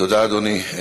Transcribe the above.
תודה, אדוני.